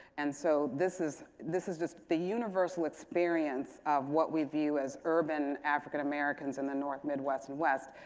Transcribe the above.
and so this is this is just the universal experience of what we view as urban african americans in the north, midwest, and west,